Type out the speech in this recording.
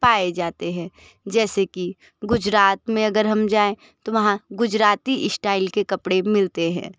पाए जाते हैं जैसे कि गुजरात में अगर हम जाएँ तो वहाँ गुजराती स्टाइल के कपड़े मिलते हैं